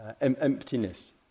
emptiness